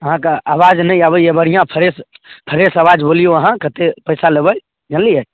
अहाँके आवाज नहि आबैए बढ़िआँ फरेश फ्रेश आवाज बोलिऔ अहाँ कतेक पइसा लेबै जनलिए